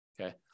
Okay